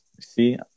See